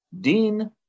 Dean